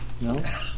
No